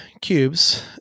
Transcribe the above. Cubes